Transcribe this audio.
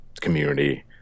community